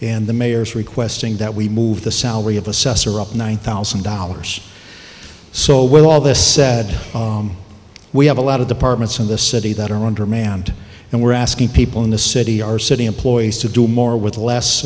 and the mayor is requesting that we move the salary of assessor up one thousand dollars so with all this said we have a lot of departments in this city that are undermanned and we're asking people in the city our city employees to do more with less